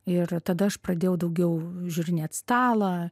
ir tada aš pradėjau daugiau žiūrinėt stalą